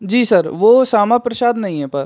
जी sir वह श्यामा प्रसाद नहीं है पर